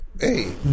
Hey